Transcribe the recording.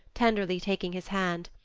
tenderly taking his hand,